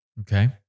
Okay